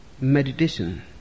Meditation